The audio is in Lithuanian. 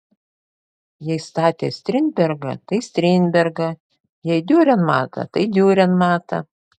jei statė strindbergą tai strindbergą jei diurenmatą tai diurenmatą